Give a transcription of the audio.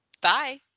Bye